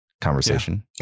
conversation